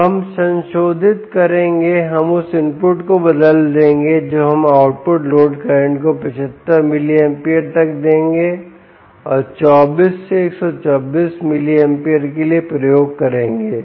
अब हम संशोधित करेंगे हम उस इनपुट को बदल देंगे जो हम आउटपुट लोड करंट को 75 मिलिएम्पीयर तक कर देंगे और 24 से 124 मिलिएम्पीयर के लिए प्रयोग करेंगे